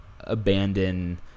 abandon